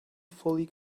fully